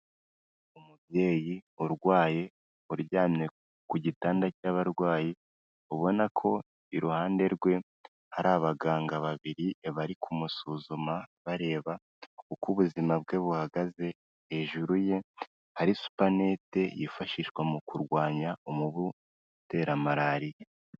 Umubyeyi urwaye, uryamye ku gitanda cy'abarwayi, ubona ko iruhande rwe hari abaganga babiri bari kumusuzuma, bareba uko ubuzima bwe buhagaze, hejuru ye hari supanete yifashishwa mu kurwanya umubu utera Malariya.